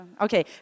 Okay